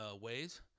ways